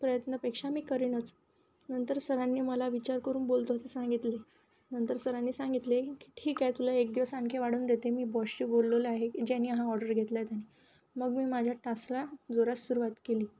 प्रयत्नपेक्षा मी करीनच नंतर सरांनी मला विचार करून बोलतो असं सांगितले नंतर सरांनी सांगितले की ठीक आहे तुला एक दिवस आणखी वाढवून देते मी बॉसशी बोललेलं आहे ज्यांनी हा ऑर्डर घेतला आहे त्यांनी मग मी माझ्या टासला जोरात सुरुवात केली